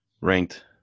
ranked